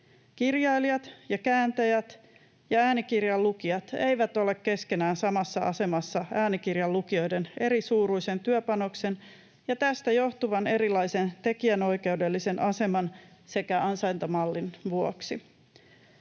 Kirjailijat ja kääntäjät ja äänikirjan lukijat eivät ole keskenään samassa asemassa äänikirjan lukijoiden erisuuruisen työpanoksen ja tästä johtuvan erilaisen tekijänoikeudellisen aseman sekä ansaintamallin vuoksi.